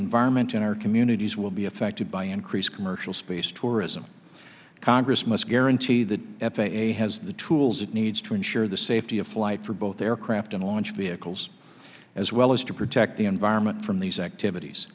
environment in our communities will be affected by increased commercial space tourism congress must guarantee the f a a has the tools it needs to ensure the safety of flight for both aircraft and launch vehicles as well as to protect the environment from these activities